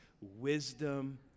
wisdom